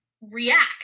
react